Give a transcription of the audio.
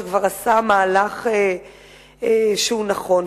שכבר עשה מהלך שהוא נכון,